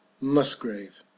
Musgrave